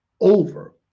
over